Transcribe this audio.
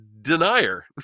denier